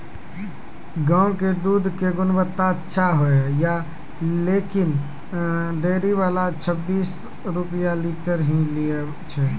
गांव के दूध के गुणवत्ता अच्छा होय या लेकिन डेयरी वाला छब्बीस रुपिया लीटर ही लेय छै?